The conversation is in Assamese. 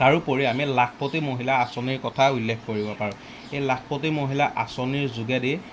তাৰোপৰি আমি লাখপতি মহিলা আঁচনিৰ কথা উল্লেখ কৰিব পাৰোঁ এই লাখপতি মহিলা আঁচনিৰ যোগেদি